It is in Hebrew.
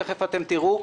תיכף אתם תראו,